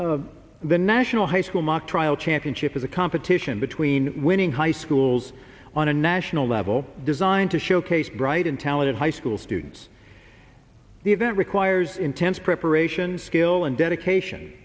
of the national high school mock trial championship is a competition between winning high schools on a national level designed to showcase bright and talented high school students the event requires intense preparation skill and dedication